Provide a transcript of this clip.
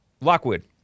Lockwood